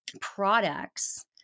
products